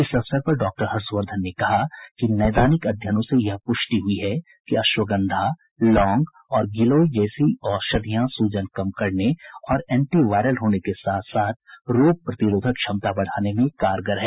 इस अवसर पर डॉ हर्षवर्धन ने कहा कि नैदानिक अध्ययनों से यह प्रष्टि हुई है कि अश्वगंधा लौंग और गिलोय जैसी औषधियां सूजन कम करने और एंटी वायरल होने के साथ साथ रोग प्रतिरोधक क्षमता बढ़ाने में कारगर है